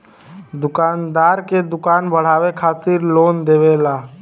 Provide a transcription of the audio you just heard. दुकानदार के दुकान बढ़ावे खातिर लोन देवेला